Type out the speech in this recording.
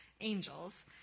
angels